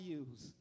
use